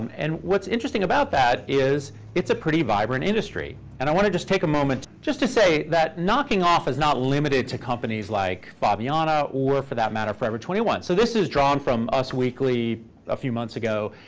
um and what's interesting about that is it's a pretty vibrant industry. and i want to just take a moment just to say that knocking off is not limited to companies like faviana or, for that matter, forever twenty one. so this is drawn from us weekly a few months ago.